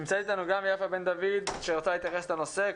נמצאת איתנו גם יפה בן דוד שרוצה להתייחס לנושא.